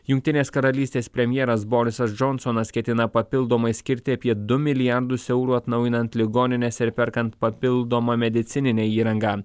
jungtinės karalystės premjeras borisas džonsonas ketina papildomai skirti apie du milijardus eurų atnaujinant ligonines ir perkant papildomą medicininę įrangą